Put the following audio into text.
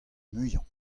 muiañ